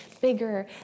bigger